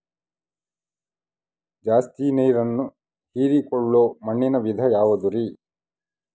ಜಾಸ್ತಿ ನೇರನ್ನ ಹೇರಿಕೊಳ್ಳೊ ಮಣ್ಣಿನ ವಿಧ ಯಾವುದುರಿ?